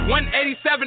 187